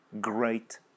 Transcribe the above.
great